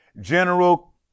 General